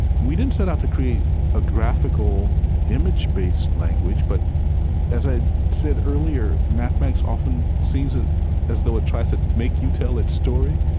we didn't set out to create a graphical image-based language, but as i said earlier, mathematics often seems ah as though it tries to make you tell its story.